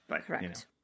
Correct